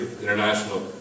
international